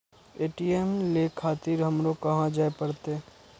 ATM ले खातिर हमरो कहाँ जाए परतें?